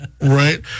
right